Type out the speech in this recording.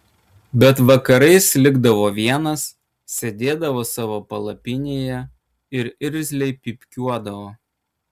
bet vakarais likdavo vienas sėdėdavo savo palapinėje ir irzliai pypkiuodavo